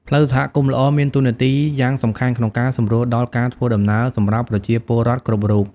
ផ្លូវសហគមន៍ល្អមានតួនាទីយ៉ាងសំខាន់ក្នុងការសម្រួលដល់ការធ្វើដំណើរសម្រាប់ប្រជាពលរដ្ឋគ្រប់រូប។